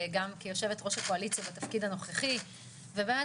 גם כיושבת ראש הקואליציה בתפקיד הנוכחי ובאמת